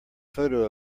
photo